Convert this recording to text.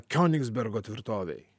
kionigsbergo tvirtovei